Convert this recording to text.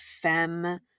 femme